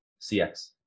CX